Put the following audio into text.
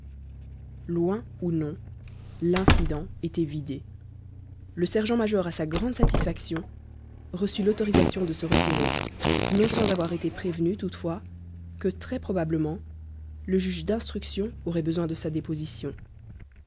loin ou non l'incident était vidé le sergent-major à sa grande satisfaction reçut l'autorisation de se retirer non sans avoir été prévenu toutefois que très probablement le juge d'instruction aurait besoin de sa déposition